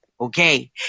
Okay